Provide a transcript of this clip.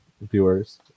viewers